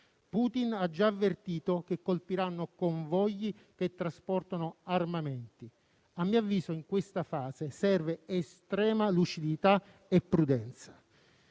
Putin ha già avvertito che colpiranno convogli che trasportano armamenti. A mio avviso, in questa fase serve estrema lucidità e prudenza.